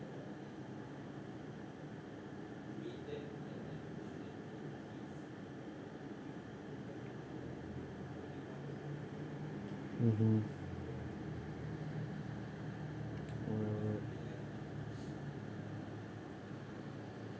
mmhmm uh